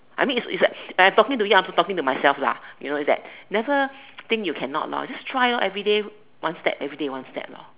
I mean it's a it's like talking to you I'm like talking to myself lah you know it's that never think you cannot lor just try lor everyday one step everyday one step lor